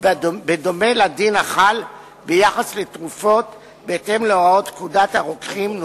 בדומה לדין החל ביחס לתרופות בהתאם להוראות פקודת הרוקחים ,